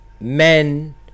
men